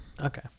Okay